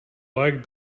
liked